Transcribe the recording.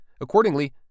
Accordingly